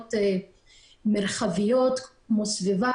בסוגיות מרחביות כמו סביבה,